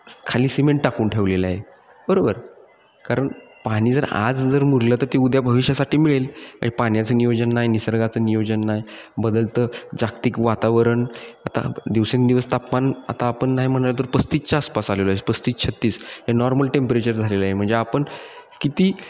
स् खाली सिमेंट टाकून ठेवलेलं आहे बरोबर कारण पानी जर आज जर मुरलं तर ते उद्या भविष्यासाठी मिळेल आण पाण्याचं नियोजन नाही निसर्गाचं नियोजन नाही बदलतं जागतिक वातावरण आता दिवसेंदिवस तापमान आता आपण नाही म्हटलं तर पस्तीसच्या आसपास आलेलो आहे पस्तीस छत्तीस हे नॉर्मल टेम्परेचर झालेलं आहे म्हणजे आपण किती